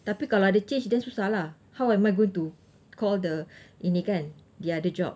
tapi kalau ada change then susah lah how am I going to call the ini kan the other job